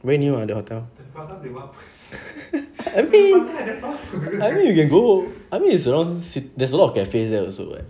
very near [what] the hotel I mean I mean you can go I mean it's around cit~ there's a lot of cafes there also [what]